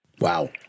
Wow